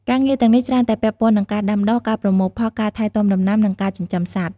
ការងារទាំងនេះច្រើនតែពាក់ព័ន្ធនឹងការដាំដុះ ការប្រមូលផល ការថែទាំដំណាំ និងការចិញ្ចឹមសត្វ ។